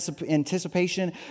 anticipation